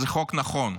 זה חוק נכון.